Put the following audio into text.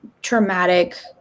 traumatic